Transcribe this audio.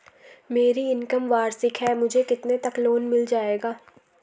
मेरी इनकम वार्षिक है मुझे कितने तक लोन मिल जाएगा?